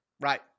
Right